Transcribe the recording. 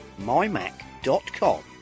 mymac.com